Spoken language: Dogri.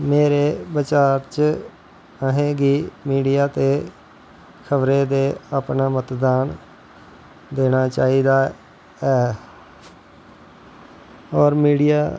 मेरे वचार च असेंगी मीडिया ते खबरां दे अपनां मतदान देना चाही दा ऐ और मीडिया